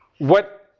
what,